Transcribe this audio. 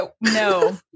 no